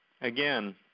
again